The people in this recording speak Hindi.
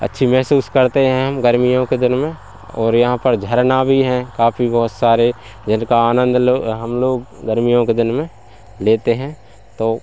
अच्छा महसूस करते हैं हम गर्मियों के दिन में और यहाँ पर झरना भी हैं काफ़ी बहुत सारे जिनका आनंद हम लोग गर्मियों के दिन में लेते हैं तो